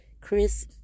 Chris